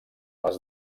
les